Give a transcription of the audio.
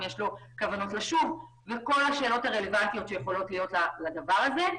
אם יש לו כוונות לשוב וכל השאלות הרלוונטיות שיכולות להיות לדבר הזה.